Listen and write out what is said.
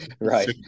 right